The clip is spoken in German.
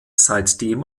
seitdem